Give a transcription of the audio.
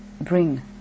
bring